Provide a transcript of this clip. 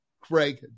Craig